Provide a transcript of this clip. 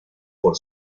por